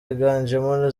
byiganjemo